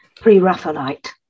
pre-Raphaelite